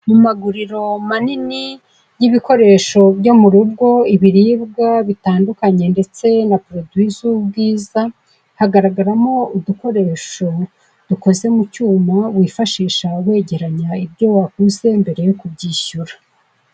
Mu maguriro manini y'ibikoresho byo murugo, ibiribwa bitandukanye ndetse na poroduwi z'ibwiza, hagaragaramo udukoresho dukoze mucyuma wifashisha wegeranya ibyo waguze mbere yo kubyishyura.